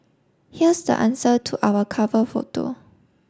here's the answer to our cover photo